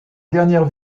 dernière